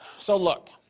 so look,